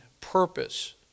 purpose